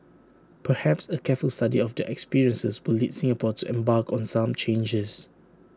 perhaps A careful study of their experiences will lead Singapore to embark on some changes